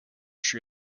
sri